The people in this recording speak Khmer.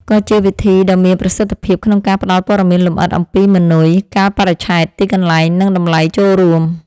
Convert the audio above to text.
ក៏ជាវិធីដ៏មានប្រសិទ្ធភាពក្នុងការផ្តល់ព័ត៌មានលម្អិតអំពីម៉ឺនុយ កាលបរិច្ឆេទ ទីកន្លែង និងតម្លៃចូលរួម។